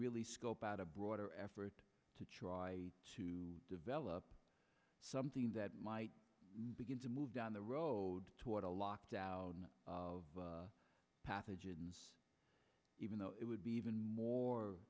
really scope out a broader effort to try to develop something that might begin to move down the road toward a locked out of pathogens even though it would be even more